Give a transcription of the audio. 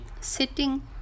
sitting